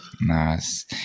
nice